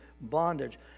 bondage